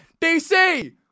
DC